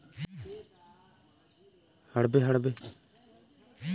कोनो भी हर किसान मन के मेहनत ल नइ समेझ सके, किसान मन के फिकर नइ करे